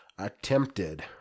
attempted